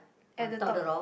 at the top